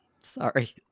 Sorry